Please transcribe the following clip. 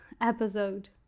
episode